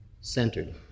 centered